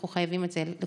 אנחנו חייבים את זה לכולנו.